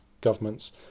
governments